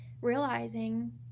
realizing